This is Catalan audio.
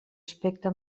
aspecte